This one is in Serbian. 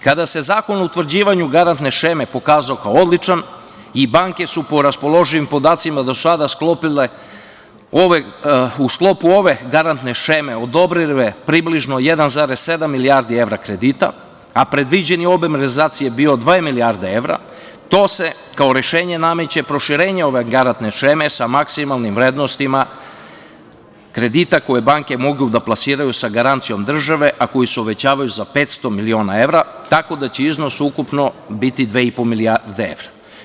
Kada se zakon o utvrđivanju garantne šeme pokazao kao odličan i banke su po raspoloživim podacima do sada u sklopu ove garantne šeme odobrile približno 1,7 milijardi kredita, a predviđeni obim realizacije je bio dve milijarde evra, to se kao rešenje nameće proširenje ove garantne šeme sa maksimalnim vrednostima kredita koje banke mogu da plasiraju sa garancijom države, a koji se uvećavaju za 500 miliona evra, tako da će iznos ukupno biti 2,5 milijardi evra.